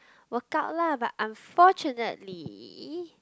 workout lah but unfortunately